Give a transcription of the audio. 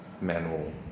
manual